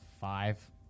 five